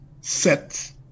set